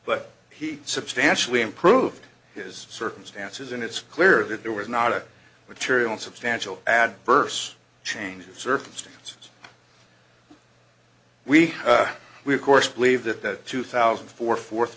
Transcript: but he substantially improved his circumstances and it's clear that there was not a material substantial adverse change of circumstances we we of course believe that the two thousand and four fourth